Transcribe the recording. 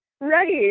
Right